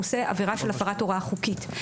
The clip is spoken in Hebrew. הוא עושה עבירה של הפרת הוראה חוקית.